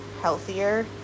healthier